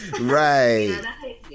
Right